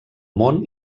món